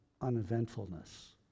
uneventfulness